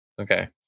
Okay